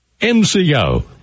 MCO